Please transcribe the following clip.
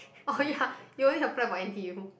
oh ya you only apply for N_T_U